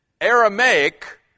Aramaic